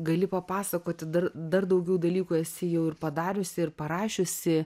gali papasakoti dar dar daugiau dalykų esi jau ir padariusi ir parašiusi